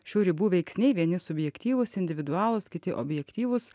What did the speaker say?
šių ribų veiksniai vieni subjektyvūs individualūs kiti objektyvūs